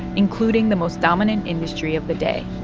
including the most dominant industry of the day.